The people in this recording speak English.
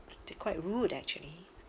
they quite rude actually